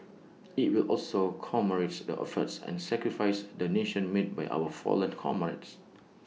IT will also commemorate the efforts and sacrifices the nation made by our fallen comrades